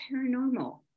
paranormal